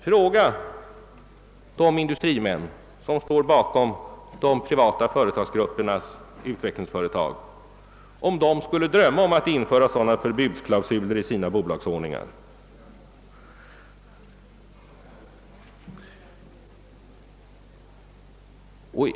Fråga de industrimän, som står bakom de privata företagsgruppernas utvecklingsföretag, om de skulle drömma om att införa sådana förbudsklausuler i sina bolagsordningar!